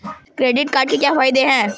Credit card के क्या फायदे हैं?